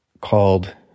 called